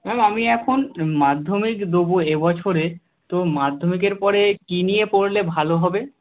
ma'am আমি এখন মাধ্যমিক দেব এ বছরে তো মাধ্যমিকের পরে কী নিয়ে পড়লে ভালো হবে